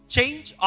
Change